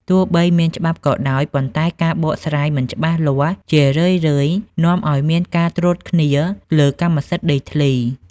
ទោះបីមានច្បាប់ក៏ដោយ ប៉ុន្តែការបកស្រាយមិនច្បាស់លាស់ជារឿយៗនាំឱ្យមានការត្រួតគ្នាលើកម្មសិទ្ធិដី។